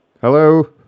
Hello